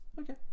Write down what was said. Okay